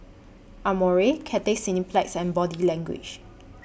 Amore Cathay Cineplex and Body Language